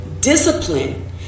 discipline